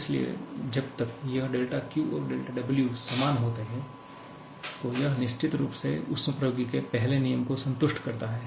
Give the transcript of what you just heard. इसलिए जब तक यह δQ और δW समान होते हैं तो यह निश्चित रूप से ऊष्मप्रवैगिकी के पहले नियम को संतुष्ट करता है